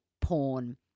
porn